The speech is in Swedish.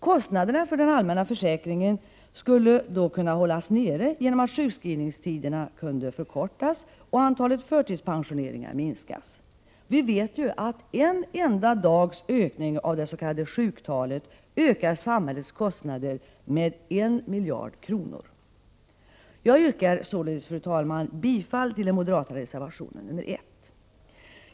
Kostnaderna för den allmänna försäkringen skulle då kunna hållas nere genom att sjukskrivningstiderna kunde förkortas och antalet förtidspensioneringar minskas. Vi vet ju att en enda dags ökning av det s.k. sjuktalet ökar samhällets kostnader med 1 miljard kronor! Jag yrkar således, fru talman, bifall till den moderata reservationen nr 1.